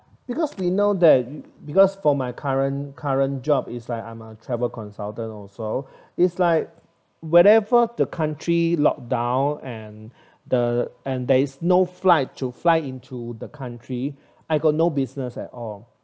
because we know that because for my current current job is like I'm a travel consultant also is like whenever the country locked down and the and there's no flight to fly into the country I got no business at all